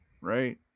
right